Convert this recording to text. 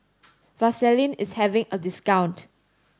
Vaselin is having a discount